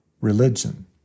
religion